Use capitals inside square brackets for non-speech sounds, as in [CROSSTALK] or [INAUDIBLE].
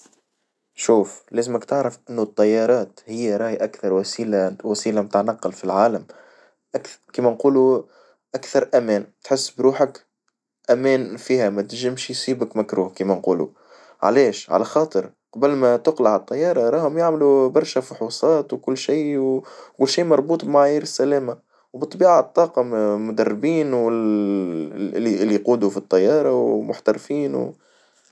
شوف لازمك تعرف إنه الطيارات هي راي أكثر وسيلة وسيلة متاع نقل في العالم كيما نقولو أكثر أمان، تحس بروحك أمان فيها ما تنجمش يصيبك مكروه كما نقولو، علاش؟ على خاطر قبل ما تقلع الطيارة راهم يعملوا برشا فحوصات وكل شي وشي مربوط ومعايير السلامة وبالطبيعة الطاقم م- مدربين وال [HESITATION] اللي اللي يقودوا في الطيارة ومحترفين.